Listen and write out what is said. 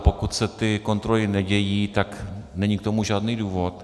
Pokud se ty kontroly nedějí, tak není k tomu žádný důvod.